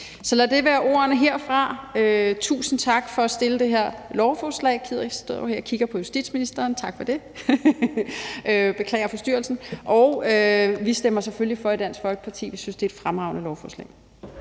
Så lad det være ordene herfra. Tusind tak for at fremsætte det her lovforslag. Jeg kigger hen på justitsministeren, der er optaget – beklager forstyrelsen. Vi stemmer selvfølgelig for i Dansk Folkeparti, for vi synes, at det er et fremragende lovforslag.